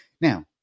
Now